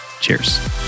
Cheers